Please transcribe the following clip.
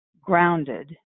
grounded